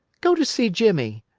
go to see jimmie.